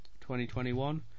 2021